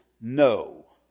no